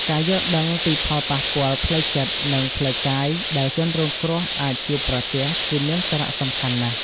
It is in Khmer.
ការយល់ដឹងពីផលប៉ះពាល់ផ្លូវចិត្ត និងផ្លូវកាយដែលជនរងគ្រោះអាចជួបប្រទះ គឺមានសារៈសំខាន់ណាស់។